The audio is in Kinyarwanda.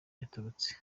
yaturutse